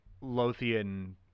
Lothian